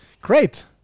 Great